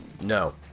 No